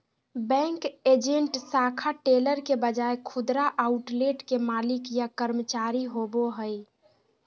bank agent शाखा teller के बजाय खुदरा आउटलेट के मालिक या कर्मचारी होवो हइ